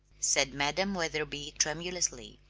said madam wetherby tremulously,